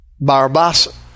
Barbas